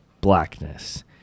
blackness